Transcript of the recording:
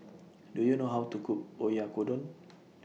Do YOU know How to Cook Oyakodon